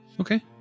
Okay